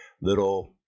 little